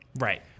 Right